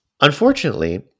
Unfortunately